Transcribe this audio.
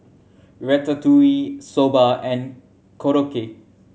Ratatouille Soba and Korokke